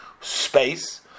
space